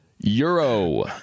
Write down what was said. Euro